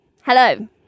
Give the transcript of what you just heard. hello